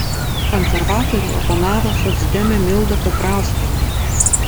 konservatoriui oponavo socdemė milda petrauskienė